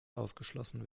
ausgeschlossen